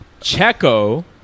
Checo